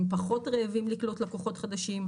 הם פחות רעבים לקלוט לקוחות חדשים,